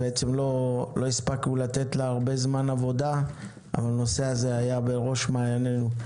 לא הספקנו לתת לה הרבה זמן עבודה אבל הנושא הזה היה בראש מעייננו.